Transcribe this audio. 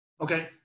Okay